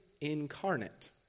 incarnate